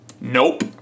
Nope